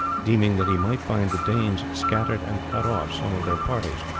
deeming that he might find the danes scattered and cut off some of their parties.